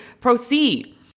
Proceed